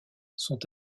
sont